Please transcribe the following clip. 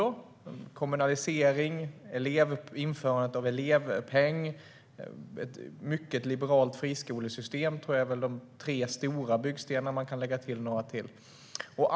Det handlar om kommunaliseringen, införandet av elevpeng och ett mycket liberalt friskolesystem. Jag tror att det är de tre stora byggstenarna. Man kan lägga till några till.